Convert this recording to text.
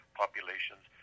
populations